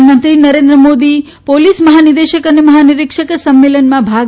પ્રધાનમંત્રી નરેન્દ્ર મોદી પોલીસ મહાનિદેશક અને મહાનિરીક્ષક સંમેલનમાં ભાગ